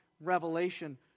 revelation